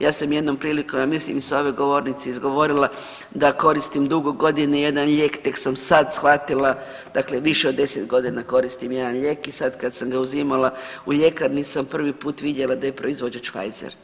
Ja sam jednom prilikom mislim i sa ove govornice izgovorila da koristim dugo godina jedan lijek, tek sam sad shvatila dakle više od deset godina koristim jedan lijek i sad kad sam ga uzimala u ljekarni sam prvi put vidjela da je proizvođač Pfizer.